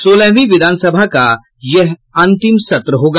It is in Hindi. सोलहवीं विधानसभा का यह अंतिम सत्र होगा